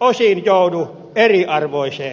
osin joudu eriarvoiseen asemaan